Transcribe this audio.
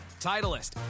Titleist